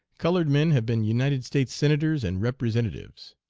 colored men have been united states senators and representatives.